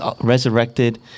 Resurrected